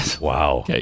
Wow